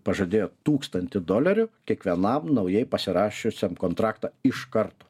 pažadėjo tūkstantį dolerių kiekvienam naujai pasirašiusiam kontraktą iš karto